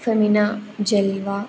Femina ജലിവ